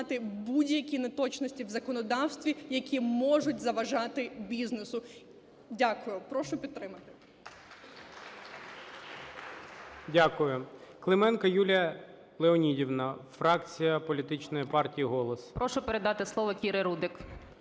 Ю.Л. Прошу передати слово Кірі Рудик.